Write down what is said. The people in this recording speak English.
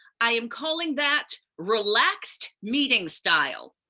i am calling that relaxed meeting style.